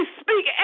speak